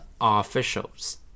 officials